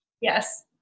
yes